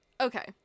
Okay